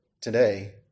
today